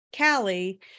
Callie